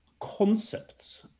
concepts